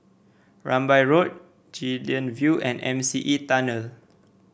Rambai Road Guilin View and M C E Tunnel